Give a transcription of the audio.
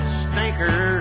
stinker